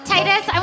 Titus